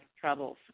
troubles